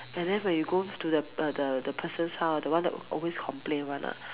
and then when you go to the uh the person's house the one that always complain [one] ah